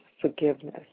forgiveness